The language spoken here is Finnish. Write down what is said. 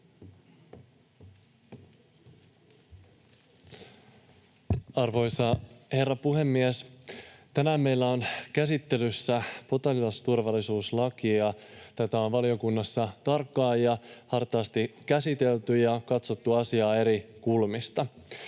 Arvoisa herra puhemies! Tänään meillä on käsittelyssä potilasturvallisuuslaki, ja tätä on valiokunnassa tarkkaan ja hartaasti käsitelty ja asiaa katsottu eri kulmista.